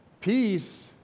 Peace